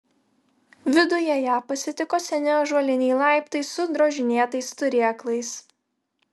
viduje ją pasitiko seni ąžuoliniai laiptai su drožinėtais turėklais